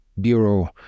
bureau